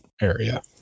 area